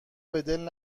بدل